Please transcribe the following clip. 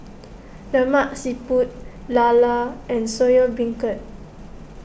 Lemak Siput Llala and Soya Beancurd